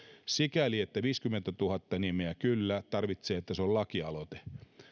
sikäli kyllä että viisikymmentätuhatta nimeä tarvitsee että se on lakialoite